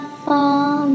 fall